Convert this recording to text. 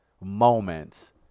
moments